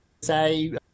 say